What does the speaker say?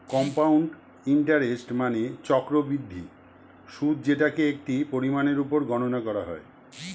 compound interest মানে চক্রবৃদ্ধি সুদ যেটাকে একটি পরিমাণের উপর গণনা করা হয়